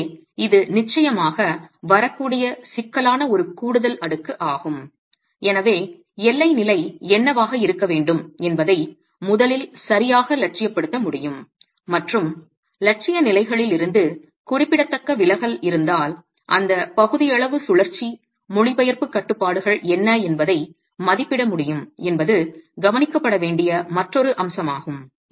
எனவே இது நிச்சயமாக வரக்கூடிய சிக்கலான ஒரு கூடுதல் அடுக்கு ஆகும் எனவே எல்லை நிலை என்னவாக இருக்க வேண்டும் என்பதை முதலில் சரியாக இலட்சியப்படுத்த முடியும் மற்றும் இலட்சிய நிலைகளில் இருந்து குறிப்பிடத்தக்க விலகல் இருந்தால் அந்த பகுதியளவு சுழற்சி மொழிபெயர்ப்பு கட்டுப்பாடுகள் என்ன என்பதை மதிப்பிட முடியும் என்பது கவனிக்கப்பட வேண்டிய மற்றொரு அம்சமாகும்